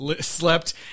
slept